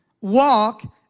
Walk